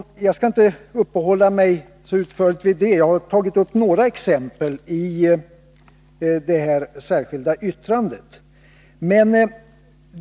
Jag skall inte uppehålla mig så länge vid detta. Jag har tagit upp några exempel i det särskilda yttrandet.